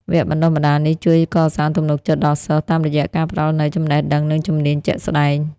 វគ្គបណ្តុះបណ្តាលនេះជួយកសាងទំនុកចិត្តដល់សិស្ស តាមរយៈការផ្ដល់នូវចំណេះដឹង និងជំនាញជាក់ស្តែង។